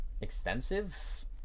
extensive